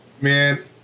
Man